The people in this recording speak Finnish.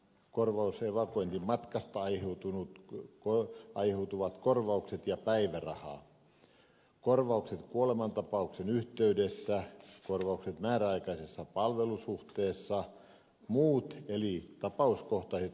korvaus ei voi kuin evakuointimääräyksen aikana evakuointimatkasta aiheutuvat korvaukset ja päiväraha korvaukset kuolemantapauksen yhteydessä korvaukset määräaikaisessa palvelussuhteessa muut eli tapauskohtaiset korvaukset